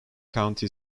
county